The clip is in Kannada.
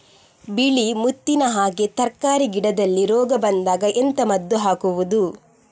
ಬಿಳಿ ಮುತ್ತಿನ ಹಾಗೆ ತರ್ಕಾರಿ ಗಿಡದಲ್ಲಿ ರೋಗ ಬಂದಾಗ ಎಂತ ಮದ್ದು ಹಾಕುವುದು?